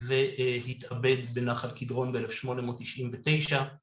והתאבד בנחל קדרון ב-1899